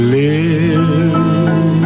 live